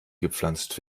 gepflanzt